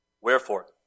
Wherefore